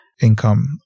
income